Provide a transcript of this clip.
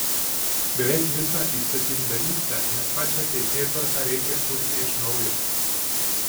beveik visą įstatymdavystę net pačią teisėtvarką reikia kurti iš naujo